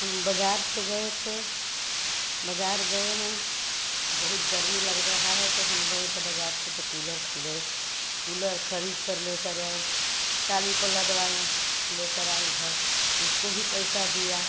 हम बाज़ार थे गए थे बाज़ार गए हैं बहुत गर्मी लग रही है तो हम गऍ तो बाज़ार से तो कूलर ख़रीदे कूलर ख़रीदकर लेकर आए टाली पर लदवाए लेकर आए घर उसको भी पैसा दिया